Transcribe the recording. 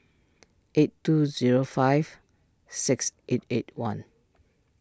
eight two zero five six eight eight one